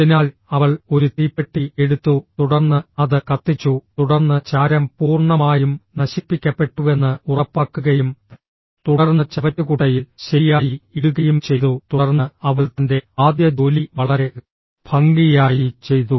അതിനാൽ അവൾ ഒരു തീപ്പെട്ടി എടുത്തു തുടർന്ന് അത് കത്തിച്ചു തുടർന്ന് ചാരം പൂർണ്ണമായും നശിപ്പിക്കപ്പെട്ടുവെന്ന് ഉറപ്പാക്കുകയും തുടർന്ന് ചവറ്റുകുട്ടയിൽ ശരിയായി ഇടുകയും ചെയ്തു തുടർന്ന് അവൾ തന്റെ ആദ്യ ജോലി വളരെ ഭംഗിയായി ചെയ്തു